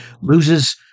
loses